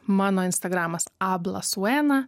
mano instagramas abla suena